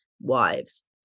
wives